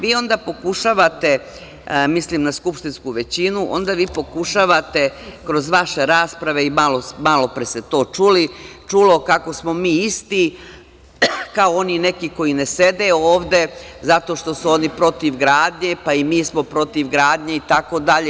Vi, onda pokušavate, mislim na skupštinsku većinu, kroz vaše rasprave i malo pre ste to čulo kako smo mi isti kao oni neki koji ne sede ovde zato što su oni protiv gradnje, pa i mi smo protiv gradnje, itd.